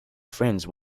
friends